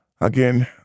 again